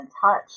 touch